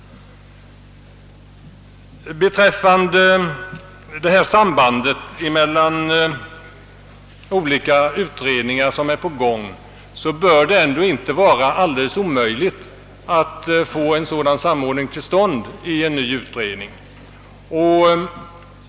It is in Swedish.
Beträffande sambandet mellan olika utredningar som är igångsatta, bör det ju inte vara alldeles omöjligt att få en sådan samordning till stånd i en ny utredning.